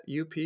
UP